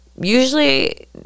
Usually